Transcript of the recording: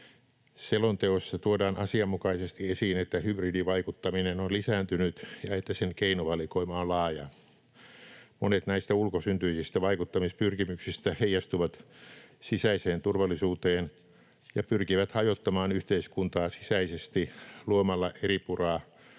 Selonteossa tuodaan asianmukaisesti esiin, että hybridivaikuttaminen on lisääntynyt ja että sen keinovalikoima on laaja. Monet näistä ulkosyntyisistä vaikuttamispyrkimyksistä heijastuvat sisäiseen turvallisuuteen ja pyrkivät hajottamaan yhteiskuntaa sisäisesti luomalla eripuraa,